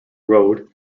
road